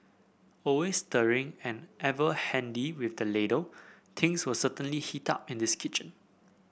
always stirring and ever handy with the ladle things will certainly heat up in this kitchen